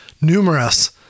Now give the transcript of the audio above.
numerous